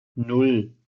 nan